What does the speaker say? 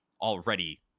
already